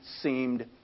seemed